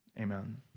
amen